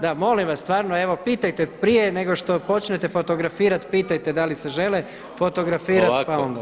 Da, molim vas stvarno, evo pitajte prije nego što počnete fotografirati, pitajte da li se žele fotografirati.